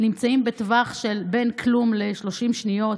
נמצאים בטווח ירי של בין כלום ל-30 שניות,